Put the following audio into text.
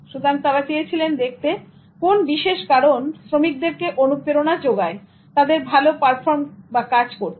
সুতরাং তারা চেয়েছিলেন দেখতে কোন বিশেষ কারন শ্রমিকদেরকে অনুপ্রেরণা যোগায় তাদের ভালো পারফর্ম বা কজ করতে